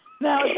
Now